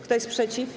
Kto jest przeciw?